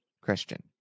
Christian